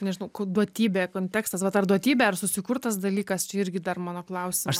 nežinau ku duotybė kontekstas vat ar duotybė ar susikurtas dalykas čia irgi dar mano klausimas